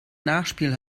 nachspiel